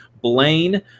Blaine